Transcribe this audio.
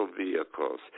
vehicles